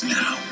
now